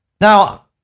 Now